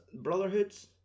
Brotherhoods